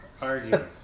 Arguing